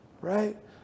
right